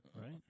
Right